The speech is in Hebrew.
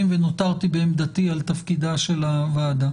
ונותרתי בעמדתי על תפקידה של הוועדה,